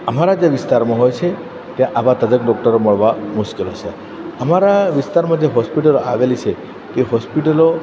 અમારા જે વિસ્તારમાં હોય છે ત્યાં આવા તજજ્ઞ ડોક્ટરો મળવા મુશ્કેલ છે અમારા વિસ્તારમાં જે હોસ્પિટલો આવેલી છે તે હોસ્પિટલો